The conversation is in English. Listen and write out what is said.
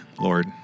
Lord